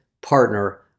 partner